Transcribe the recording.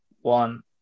one